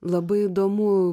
labai įdomu